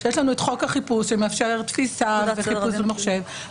שיש לנו את חוק החיפוש שמאפשר תפיסה וחיפוש במחשב,